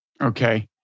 Okay